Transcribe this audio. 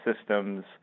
systems